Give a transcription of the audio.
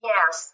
Yes